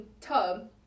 tub